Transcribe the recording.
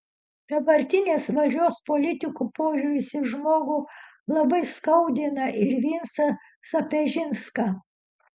dabartinės valdžios politikų požiūris į žmogų labai skaudina ir vincą sapežinską